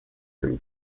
him